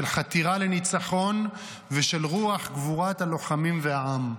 של חתירה לניצחון ושל רוח גבורת הלוחמים והעם.